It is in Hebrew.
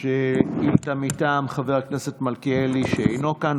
היא שאילתה מטעם חבר הכנסת מלכיאלי, שאינו כאן.